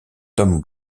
tom